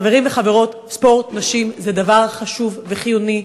חברים וחברות, ספורט נשים זה דבר חשוב וחיוני.